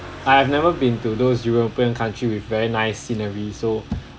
I have never been to those european country with very nice scenery so